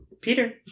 Peter